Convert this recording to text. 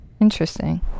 Interesting